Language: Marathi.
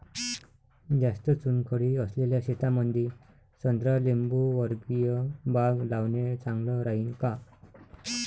जास्त चुनखडी असलेल्या शेतामंदी संत्रा लिंबूवर्गीय बाग लावणे चांगलं राहिन का?